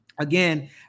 Again